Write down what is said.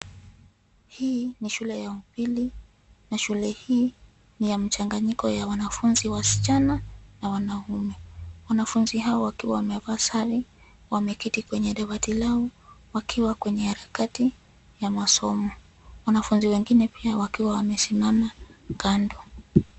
Hii ni shule ya upili na shule hii ni ya mchanganyiko ya wanafunzi wasichana na wanaume. Wanafunzi hawa wakiwa wamevaa sare wameketi kwenye dawati lao wakiwa kwenye harakati ya masomo. Wanafunzi wengine pia wakiwa wamesimama kando.